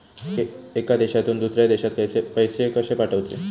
एका देशातून दुसऱ्या देशात पैसे कशे पाठवचे?